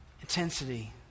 intensity